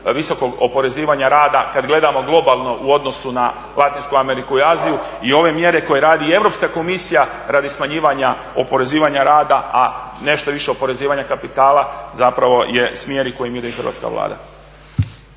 visokog oporezivanja rada kad gledamo globalno u odnosu na Latinsku Ameriku i Aziju. I ove mjere koje radi Europska komisija radi smanjivanja oporezivanja rada, a nešto više oporezivanja kapitala zapravo je smjer kojim ide i Hrvatska vlada.